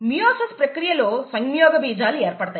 meiosis ప్రక్రియలో సంయోగబీజాలు ఏర్పడతాయి